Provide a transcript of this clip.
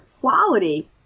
quality